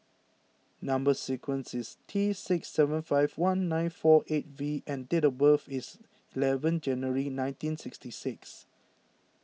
Number Sequence is T six seven five one nine four eight V and date of birth is eleven January nineteen sixty six